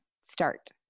start